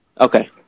Okay